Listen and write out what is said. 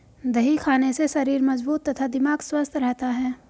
दही खाने से शरीर मजबूत तथा दिमाग स्वस्थ रहता है